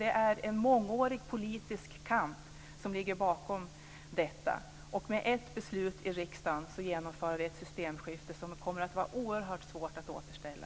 Det är en mångårig politisk kamp som ligger bakom detta, och med ett beslut i riksdagen genomför vi ett systemskifte som kommer att vara oerhört svårt att återställa.